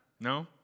No